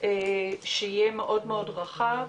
שיהיה מאוד רחב,